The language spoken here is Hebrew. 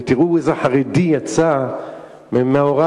ותראו איזה חרדי יצא מהורי,